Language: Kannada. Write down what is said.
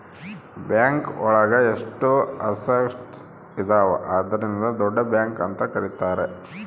ಬ್ಯಾಂಕ್ ಒಳಗ ಎಷ್ಟು ಅಸಟ್ಸ್ ಇದಾವ ಅದ್ರಿಂದ ದೊಡ್ಡ ಬ್ಯಾಂಕ್ ಅಂತ ಕರೀತಾರೆ